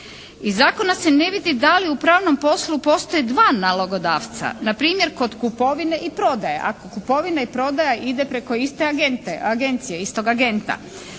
Iz zakona se ne vidi da li u pravnom poslu postoje dva nalogodavca? Na primjer kod kupovine i prodaje. Ako kupovina i prodaja ide preko iste agencije, istog agenta.